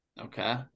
Okay